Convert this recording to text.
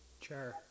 Chair